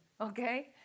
Okay